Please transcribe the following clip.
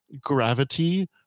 gravity